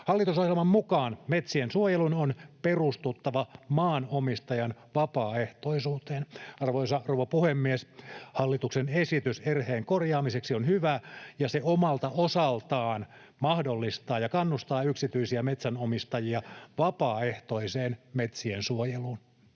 Hallitusohjelman mukaan metsien suojelun on perustuttava maanomistajan vapaaehtoisuuteen. Arvoisa rouva puhemies! Hallituksen esitys erheen korjaamiseksi on hyvä, ja se omalta osaltaan mahdollistaa ja kannustaa yksityisiä metsänomistajia vapaaehtoiseen metsiensuojeluun.